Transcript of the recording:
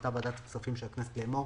מחליטה ועדת הכספים של הכנסת לאמור: